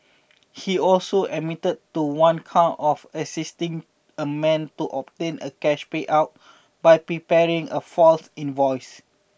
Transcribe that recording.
he also admitted to one count of assisting a man to obtain a cash payout by preparing a false invoice